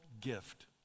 gift